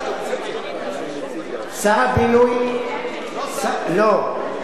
שר הבינוי, לא שר הפנים.